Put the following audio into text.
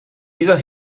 dieser